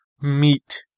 meet